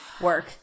Work